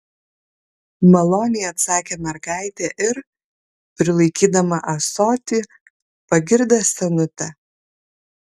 maloniai atsakė mergaitė ir prilaikydama ąsotį pagirdė senutę